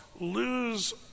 lose